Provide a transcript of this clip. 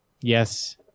Yes